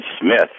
Smith